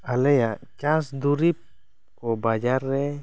ᱟᱞᱮᱭᱟᱜ ᱪᱟᱥ ᱫᱩᱨᱤᱵᱽ ᱠᱚ ᱵᱟᱡᱟᱨ ᱨᱮ